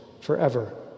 forever